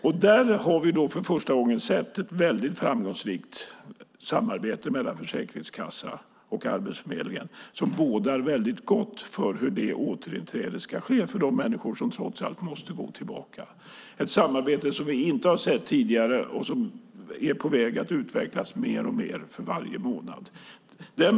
I det avseendet har vi nu för första gången sett ett väldigt framgångsrikt samarbete mellan Försäkringskassan och Arbetsförmedlingen - ett samarbete som verkligen bådar gott när det gäller hur återinträdet ska ske för de människor som trots allt måste gå tillbaka. Det här är ett samarbete som vi inte sett tidigare och som är på väg att utvecklas mer och mer för varje månad.